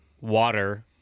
water